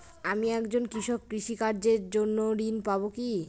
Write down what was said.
আমি একজন কৃষক কৃষি কার্যের জন্য ঋণ পাব কি?